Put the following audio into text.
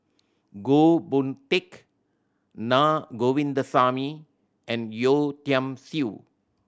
Goh Boon Teck Na Govindasamy and Yeo Tiam Siew